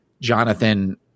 Jonathan